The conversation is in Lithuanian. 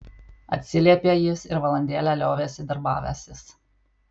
atsiliepė jis ir valandėlę liovėsi darbavęsis